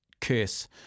curse